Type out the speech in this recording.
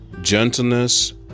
gentleness